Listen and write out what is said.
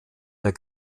der